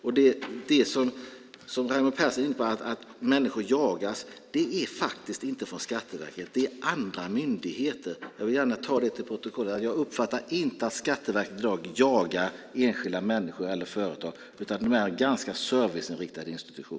Raimo Pärssinen säger att människor jagas. Men det görs inte från Skatteverket. Det gör andra myndigheter. Jag uppfattar inte att Skatteverket jagar enskilda människor eller företag, utan det är en ganska serviceinriktad institution.